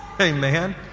Amen